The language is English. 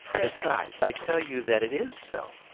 besides, i tell you that it is so,